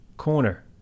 corner